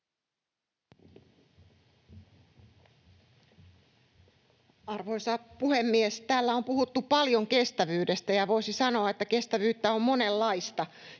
Arvoisa puhemies! Täällä on puhuttu paljon kestävyydestä, ja voisi sanoa, että kestävyyttä on monenlaista